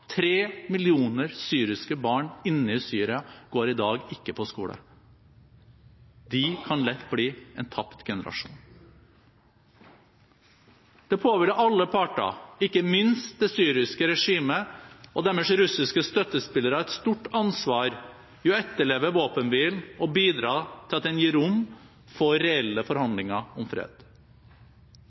Tre millioner syriske barn inne i Syria går i dag ikke på skole. De kan lett bli en tapt generasjon. Det påhviler alle parter, ikke minst det syriske regimet og deres russiske støttespillere, et stort ansvar for å etterleve våpenhvilen og bidra til at den gir rom for reelle forhandlinger om fred.